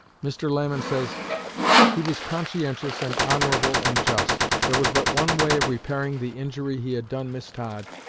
mr. lamon says he was conscientious and honorable and just. there was but one way of repairing the injury he had done miss todd,